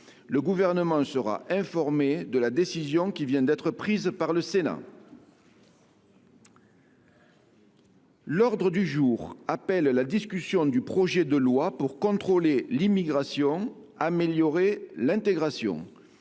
Le Gouvernement sera informé de la décision qui vient d’être prise par le Sénat. L’ordre du jour appelle la discussion du projet de loi pour contrôler l’immigration, améliorer l’intégration